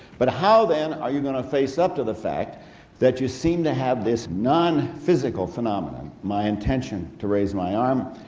but how then are you going to face up to the fact that you seem to have this non-physical phenomenon my intention to raise my arm,